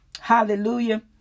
hallelujah